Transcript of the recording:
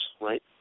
right